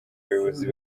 abayobozi